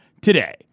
today